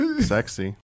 Sexy